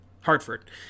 Hartford